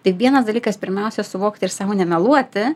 tai vienas dalykas pirmiausia suvokti ir sau nemeluoti